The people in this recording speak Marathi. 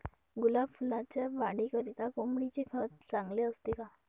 गुलाब फुलाच्या वाढीकरिता कोंबडीचे खत चांगले असते का?